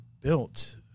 built